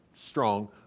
strong